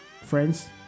Friends